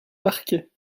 parquet